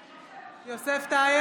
נגד דסטה גדי